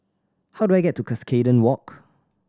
how do I get to Cuscaden Walk